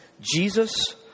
Jesus